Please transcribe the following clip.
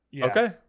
okay